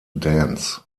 dance